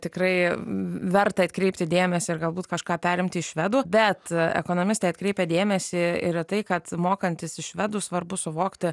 tikrai verta atkreipti dėmesį ir galbūt kažką perimti iš švedų bet ekonomistai atkreipė dėmesį ir į tai kad mokantis švedų svarbu suvokti